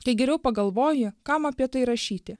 kai geriau pagalvoji kam apie tai rašyti